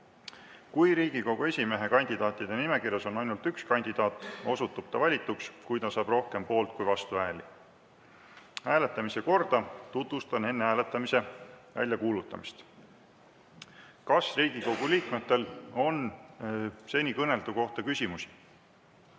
Kui Riigikogu esimehe kandidaatide nimekirjas on ainult üks kandidaat, osutub ta valituks, kui ta saab rohkem poolt‑ kui vastuhääli. Hääletamise korda tutvustan enne hääletamise väljakuulutamist. Kas Riigikogu liikmetel on seni kõneldu kohta küsimusi?